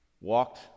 walked